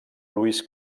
lewis